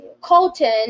Colton